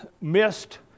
missed